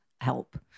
help